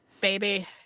baby